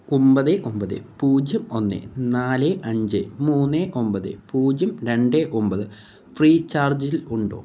ഒമ്പത് ഒമ്പത് പൂജ്യം ഒന്ന് നാല് അഞ്ച് മൂന്ന് ഒമ്പത് പൂജ്യം രണ്ട് ഒമ്പത് ഫ്രീചാർജിൽ ഉണ്ടോ